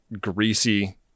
greasy